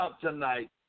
tonight